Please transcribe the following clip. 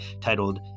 titled